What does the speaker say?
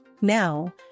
Now